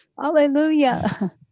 Hallelujah